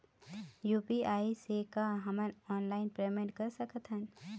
UPI से का हमन ऑनलाइन पेमेंट कर सकत हन?